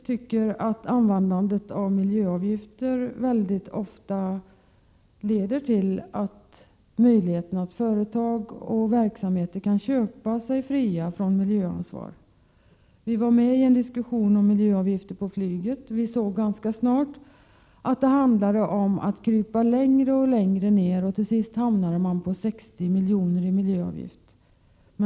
Systemet med miljöavgifter leder ofta till att företag och verksamheter får möjlighet att köpa sig fria från miljöansvar. Vi var med i en diskussion om miljöavgifter på flyget och såg ganska snart att det handlade om att krypa längre och längre ner, och resultatet blev en miljöavgift på 60 miljoner.